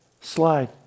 slide